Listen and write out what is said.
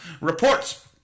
reports